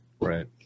right